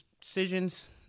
decisions